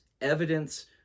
evidence